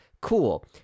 Cool